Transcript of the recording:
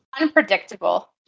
Unpredictable